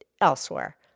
elsewhere